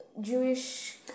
Jewish